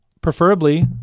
preferably